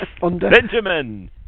Benjamin